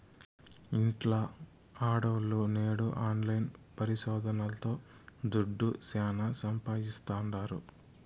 ఇంట్ల ఆడోల్లు నేడు ఆన్లైన్ పరిశోదనల్తో దుడ్డు శానా సంపాయిస్తాండారు